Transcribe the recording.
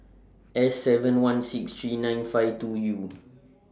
S seven one six three nine five two U